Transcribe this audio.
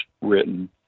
written